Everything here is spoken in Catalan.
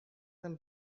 del